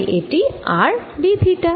তাই এটি r d theta